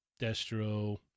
Destro